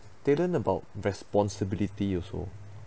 they learn about responsibility also